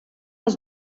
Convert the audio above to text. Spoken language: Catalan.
els